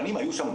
פנים היו שם,